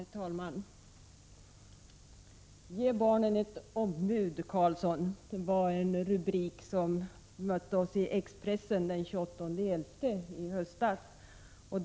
Herr talman! ”Ge barnen ett ombud, Carlsson”, var en rubrik som mötte oss i Expressen den 28 november 1986.